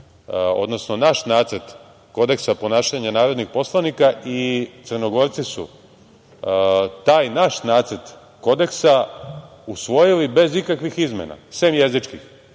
odnosno naš nacrt kodeksa ponašanja narodnih poslanika i Crnogorci su taj naš nacrt kodeksa usvojili bez ikakvih izmena, sem jezičkih.